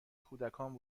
کودکان